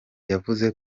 yavuze